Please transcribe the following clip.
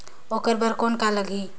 ओकर बर कौन का लगी?